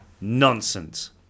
nonsense